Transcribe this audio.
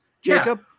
Jacob